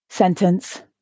Sentence